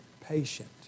patient